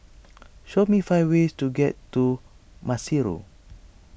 show me five ways to get to Maseru